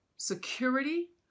security